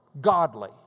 godly